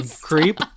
creep